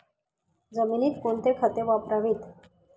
जमिनीत कोणती खते वापरावीत?